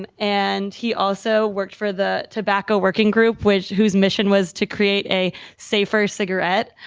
and and he also worked for the tobacco working group, which whose mission was to create a safer cigarette,